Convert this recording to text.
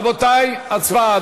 רבותי, הצבעה.